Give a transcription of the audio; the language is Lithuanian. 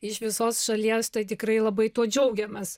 iš visos šalies tai tikrai labai tuo džiaugiamės